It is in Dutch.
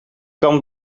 kan